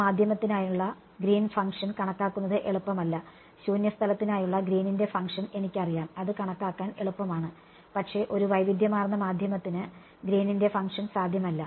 ആ മാധ്യമത്തിനായുള്ള Green function Green's function കണക്കാക്കുന്നത് എളുപ്പമല്ല ശൂന്യ സ്ഥലത്തിനായുള്ള ഗ്രീനിന്റെ ഫംഗ്ഷൻ Green's function എനിക്കറിയാം അത് കണക്കാക്കാൻ എളുപ്പമാണ് പക്ഷേ ഒരു വൈവിധ്യമാർന്ന മാധ്യമത്തിന് ഗ്രീനിന്റെഫങ്ഷൻ Green's function സാധ്യമല്ല